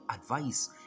advice